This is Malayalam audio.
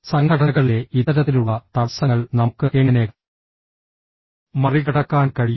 സംഘടനകളിലെ ഇത്തരത്തിലുള്ള തടസ്സങ്ങൾ നമുക്ക് എങ്ങനെ മറികടക്കാൻ കഴിയും